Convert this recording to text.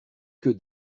que